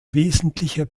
wesentlicher